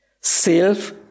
Self